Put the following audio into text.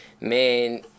man